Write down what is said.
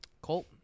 Colt